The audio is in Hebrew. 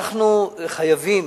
אנחנו חייבים,